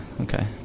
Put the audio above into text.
okay